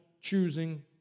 choosing